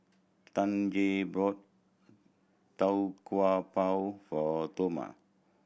Tanja bought Tau Kwa Pau for Toma